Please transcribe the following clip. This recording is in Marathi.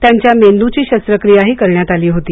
त्यांच्या मेंदूची शस्त्रक्रियाही करण्यात आली होती